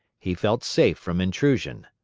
he felt safe from intrusion.